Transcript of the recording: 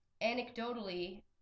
anecdotally